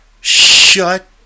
shut